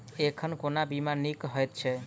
एखन कोना बीमा नीक हएत छै?